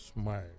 smile